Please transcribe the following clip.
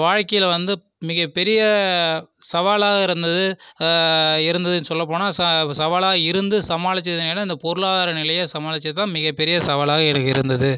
வாழ்க்கையில் வந்து மிக பெரிய சவாலாக இருந்தது இருந்ததுன்னு சொல்லபோனால் சவாலாக இருந்து சமாளித்தது என்னென்னு கேட்டால் இந்த பொருளாதார பொருளாதார நிலையை சமாளித்தது தான் மிக பெரிய சவாலாகவே எனக்கு இருந்தது